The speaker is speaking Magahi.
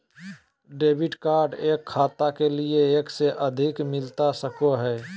डेबिट कार्ड एक खाता के लिए एक से अधिक मिलता सको है की?